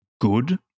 good